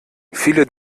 viele